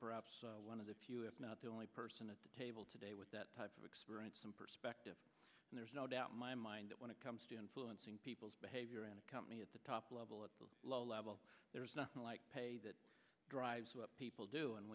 perhaps one of the few if not the only person at the table today with that type of experience and perspective and there's no doubt in my mind that when it comes to influencing people's behavior in a company at the top level at the low level there is nothing like pay that drives what people do and